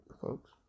folks